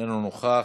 אינו נוכח.